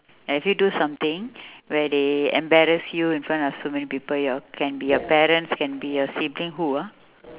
have you do something where they embarrass you in front of so many people your can be your parents can be your sibling who ah